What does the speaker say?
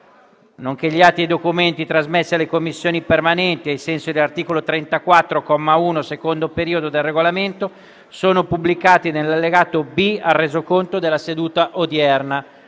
nonché gli atti e i documenti trasmessi alle Commissioni permanenti ai sensi dell'articolo 34, comma 1, secondo periodo, del Regolamento sono pubblicati nell'allegato B al Resoconto della seduta odierna.